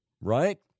right